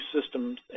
systems